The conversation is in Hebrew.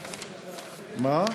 מה?